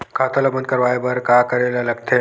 खाता ला बंद करवाय बार का करे ला लगथे?